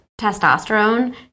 testosterone